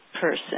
person